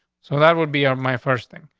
so that would be of my first thing.